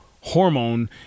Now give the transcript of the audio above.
hormone